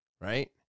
Right